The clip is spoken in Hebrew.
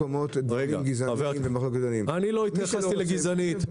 גזעניים --- אני לא התייחסתי גזענית.